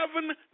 seven